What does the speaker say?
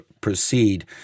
proceed